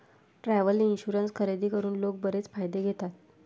travel insurance खरेदी करून लोक बरेच फायदे घेतात